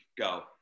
Go